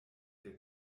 der